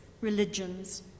religions